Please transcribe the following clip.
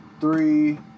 three